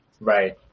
Right